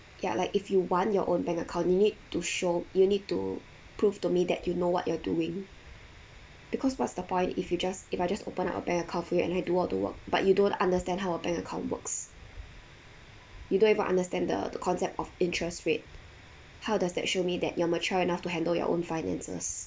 ya like if you want your own bank account you need to show you need to prove to me that you know what you're doing because what's the point if you just if I just open up a bank account for you and I do all the work but you don't understand how a bank account works you don't even understand the the concept of interest rate how does that show me that you're mature enough to handle your own finances